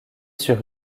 sur